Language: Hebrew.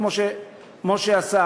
כמו שמשה